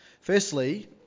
Firstly